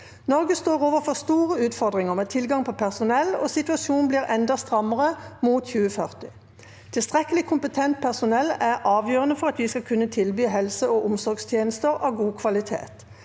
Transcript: Norge står overfor store utfordringer med tilgang på personell, og situasjonen blir enda stram- mere mot 2040. Tilstrekkelig og kompetent personell er avgjørende for at vi skal kunne tilby helse- og omsorgstje- nester av god kvalitet.